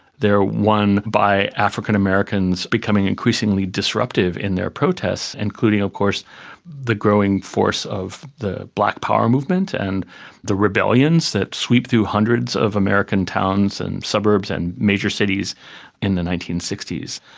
they're won by african americans becoming increasingly disruptive in their protests, including of course the growing force of the black power movement and the rebellions that sweep through hundreds of american towns and suburbs and major cities in the nineteen sixty s.